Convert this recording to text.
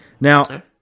now